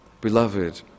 Beloved